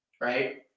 right